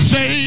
Say